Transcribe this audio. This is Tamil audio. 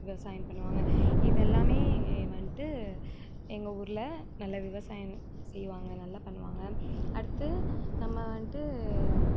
விவசாயம் பண்ணுவாங்க இதெல்லாமே வந்துட்டு எங்கள் ஊரில் நல்ல விவசாயம் செய்வாங்க நல்லா பண்ணுவாங்க அடுத்து நம்ம வந்துட்டு